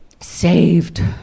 saved